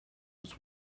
was